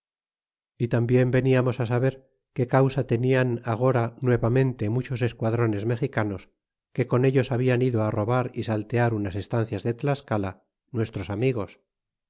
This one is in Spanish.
y tambien veniamos saber qué causa tenían agora nuevamente muchos esquadrones mexicanos que con ellos hablan ido á robar y saltear unas estancias de tlascala nuestros amigos